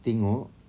tengok